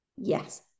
yes